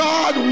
God